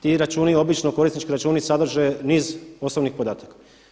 Ti računi obično, korisnički računi sadrže niz osnovnih podataka.